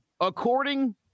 according